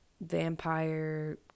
vampire